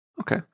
Okay